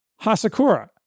Hasakura